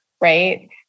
right